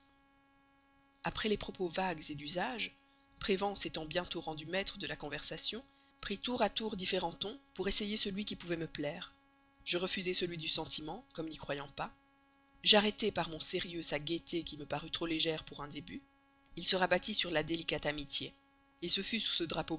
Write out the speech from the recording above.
après les propos vagues d'usage prévan s'étant bientôt rendu maître de la conversation prit tour à tour différents tons pour essayer celui qui pourrait me plaire je refusai celui du sentiment comme n'y croyant pas j'arrêtai par mon sérieux sa gaieté qui me parut trop légère pour un début il se rabattit sur la délicate amitié ce fut sous ce drapeau